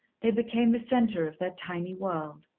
they became the centre of their tiny world.